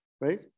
right